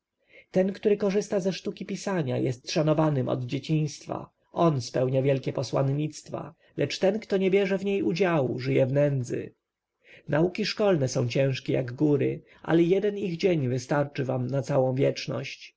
ten który korzysta ze sztuki pisania jest szanowanym od dzieciństwa on spełnia wielkie posłannictwa lecz ten który nie bierze w niej udziału żyje w nędzy nauki szkolne są ciężkie jak góry ale jeden ich dzień wystarczy wam na całą wieczność